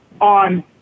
on